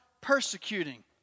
persecuting